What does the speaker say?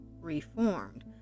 reformed